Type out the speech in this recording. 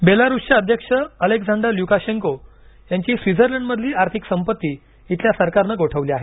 बेलारूसचे अध्यक्ष Alexander Lukashenko यांची स्वित्झर्लंडमधली आर्थिक संपत्ती इथल्या सरकारनं गोठवली आहे